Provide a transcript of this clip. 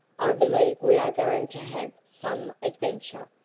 i believe we are going to have some adventure.